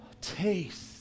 Taste